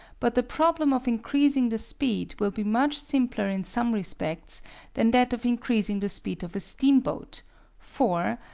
but the problem of increasing the speed will be much simpler in some respects than that of increasing the speed of a steamboat for,